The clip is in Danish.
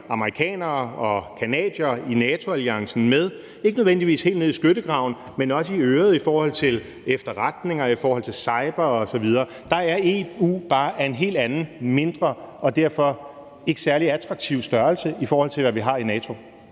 amerikanere og canadiere i NATO-alliancen med – ikke nødvendigvis kun helt ned i skyttegraven, men også i øret i forhold til efterretninger, i forhold til cyber osv. Der er EU bare af en helt anden mindre og derfor ikke særlig attraktiv størrelse, i forhold til hvad vi har i NATO.